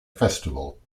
festival